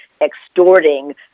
extorting